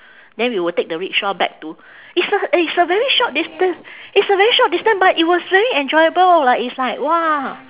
then we will take the rickshaw back to it's a it's a very short distance it's a very short distance but it was very enjoyable like it's like !wah!